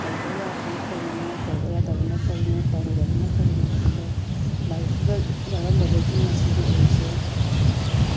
ꯇꯧꯕ ꯌꯥꯕꯅ ꯀꯔꯤꯅꯣ ꯇꯧꯕ ꯌꯥꯗꯕꯅ ꯀꯔꯤꯅꯣ ꯇꯧꯔꯣꯏꯗꯕꯅ ꯀꯔꯤꯅꯣ ꯍꯥꯏꯕꯗꯣ ꯂꯥꯏꯔꯤꯛꯇꯨꯗ ꯌꯥꯎꯔꯝꯕꯗꯒꯤ ꯉꯁꯤꯗꯤ ꯑꯩ ꯑꯁꯦ